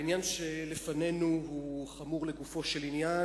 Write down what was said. העניין שלפנינו הוא חמור לגופו של עניין